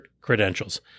credentials